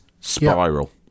spiral